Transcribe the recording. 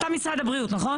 אתה משרד הבריאות, נכון?